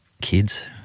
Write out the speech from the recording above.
Kids